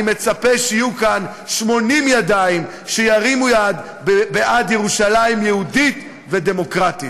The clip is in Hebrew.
אני מצפה שיהיו כאן 80 ידיים בעד ירושלים יהודית ודמוקרטית.